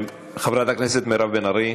חברת הכנסת מירב בן ארי,